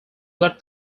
blood